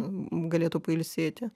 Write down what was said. galėtų pailsėti